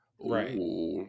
Right